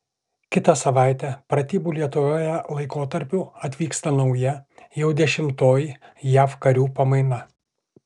kitą savaitę pratybų lietuvoje laikotarpiui atvyksta nauja jau dešimtoji jav karių pamaina